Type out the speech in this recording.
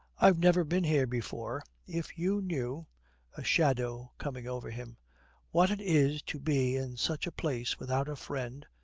i've never been here before. if you knew' a shadow coming over him what it is to be in such a place without a friend.